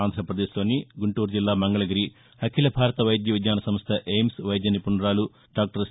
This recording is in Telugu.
ఆంధ్రప్రదేశ్లోని గుంటూరు జిల్లా మంగళగిరి అఖిల భారత వైద్య విజ్ఞాన సంస్ట ఎయిమ్స్ వైద్య నిపుణురాలు డాక్టర్ సి